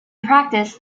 practice